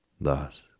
Thus